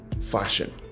fashion